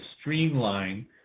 streamline